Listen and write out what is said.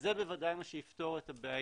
וזה בוודאי מה שיפתור את הבעיה,